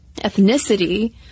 ethnicity